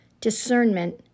discernment